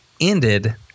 ended